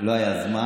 לא היה זמן.